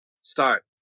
Start